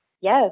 Yes